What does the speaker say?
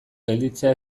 gelditzea